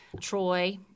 Troy